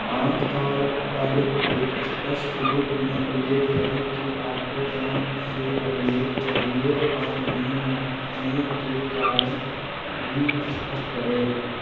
आम तौर पर एक अस्पष्ट रूप से उल्लेख करें कि आपको कौन से अभिलेख चाहिए और उन्हें माँगने के कारण भी स्पष्ट करें